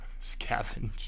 scavenge